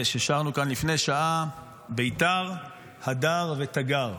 ששרנו כאן לפני שעה: בית"ר, הדר ותגר.